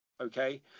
okay